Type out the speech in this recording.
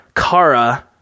Kara